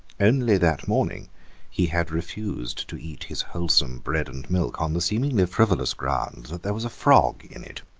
only that morning he had refused to eat his wholesome bread-and-milk on the seemingly frivolous ground that there was a frog in it.